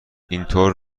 اینطور